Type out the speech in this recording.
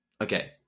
Okay